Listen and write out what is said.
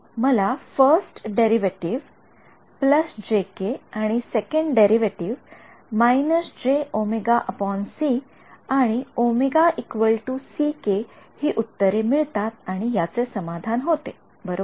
मला first derivative jk आणि second derivative jwc आणि w ck हि उत्तरे मिळतात आणि याचे समाधान होते बरोबर